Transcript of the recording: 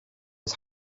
his